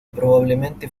probablemente